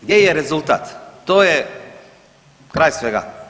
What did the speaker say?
Gdje je rezultat, to je kraj svega.